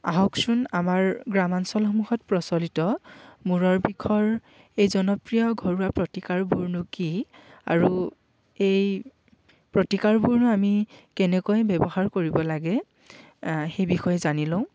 আহকচোন আমাৰ গ্ৰাম্যাঞ্চলসমূহত প্ৰচলিত মূৰৰ বিষৰ এই জনপ্ৰিয় ঘৰুৱা প্ৰতিকাৰবোৰনো কি আৰু এই প্ৰতিকাৰবোৰনো আমি কেনেকৈ ব্যৱহাৰ কৰিব লাগে সেই বিষয়ে জানি লওঁ